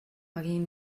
багийн